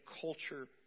culture